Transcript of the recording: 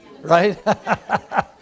right